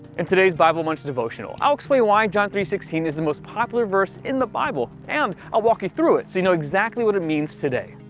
in today's bible munch devotional, i'll explain why john three sixteen is the most popular verse in the bible, and i'll walk you through it know exactly what it means today.